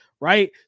right